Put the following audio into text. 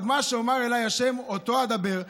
מה שאומר אליי ה' אותו אדבר,